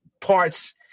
parts